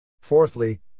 Fourthly